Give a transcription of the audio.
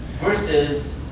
versus